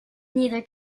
neither